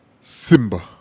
Simba